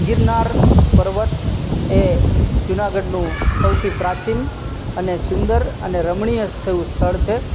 ગિરનાર પર્વત એ જુનાગઢનું સૌથી પ્રાચીન અને સુંદર અને રમણીય એવું સ્થળ છે